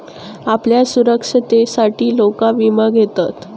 आपल्या सुरक्षिततेसाठी लोक विमा घेतत